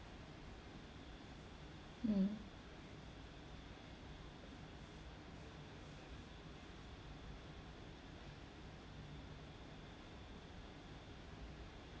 mm